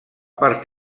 part